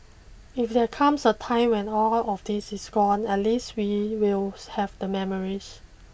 if there comes a time when all of this is gone at least we will have the memories